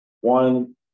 One